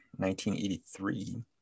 1983